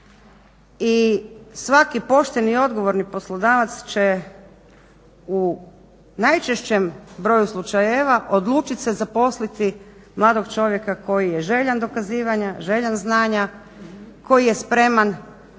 I svaki pošteni i odgovorni poslodavac će u najčešćem broju slučajeva odlučiti se zaposliti mladog čovjeka koji je željan dokazivanja, željan znanja koji je spreman izložiti